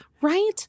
Right